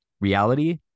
reality